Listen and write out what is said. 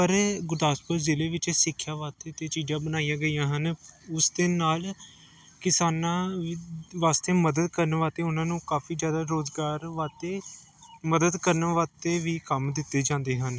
ਪਰ ਗੁਰਦਾਸਪੁਰ ਜ਼ਿਲ੍ਹੇ ਵਿੱਚ ਸਿੱਖਿਆ ਵਾਸਤੇ ਤਾਂ ਚੀਜ਼ਾਂ ਬਣਾਈਆਂ ਗਈਆਂ ਹਨ ਉਸ ਦੇ ਨਾਲ ਕਿਸਾਨਾਂ ਵਾਸਤੇ ਮਦਦ ਕਰਨ ਵਾਸਤੇ ਉਹਨਾਂ ਨੂੰ ਕਾਫੀ ਜ਼ਿਆਦਾ ਰੁਜ਼ਗਾਰ ਵਾਸਤੇ ਮਦਦ ਕਰਨ ਵਾਸਤੇ ਵੀ ਕੰਮ ਦਿੱਤੇ ਜਾਂਦੇ ਹਨ